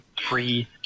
free